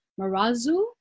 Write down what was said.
Marazu